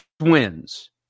wins